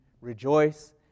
rejoice